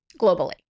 globally